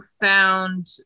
found